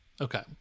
Okay